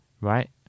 right